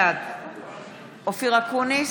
בעד אופיר אקוניס,